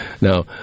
Now